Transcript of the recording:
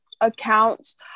accounts